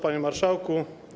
Panie Marszałku!